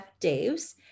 daves